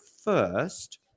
first